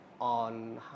on